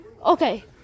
Okay